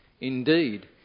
indeed